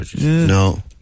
No